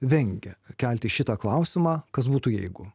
vengia kelti šitą klausimą kas būtų jeigu